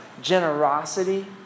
generosity